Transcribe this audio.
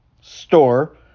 store